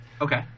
okay